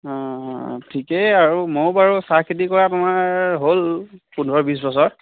অঁ অঁ ঠিকেই আৰু ময়ো বাৰু চাহখেতি কৰা তোমাৰ হ'ল পোন্ধৰ বিছ বছৰ